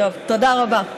תודה רבה.